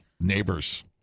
neighbor's